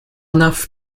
enough